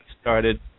started